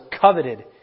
coveted